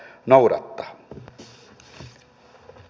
arvoisa puhemies